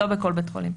לא בכל בית חולים.